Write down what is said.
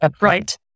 right